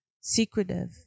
secretive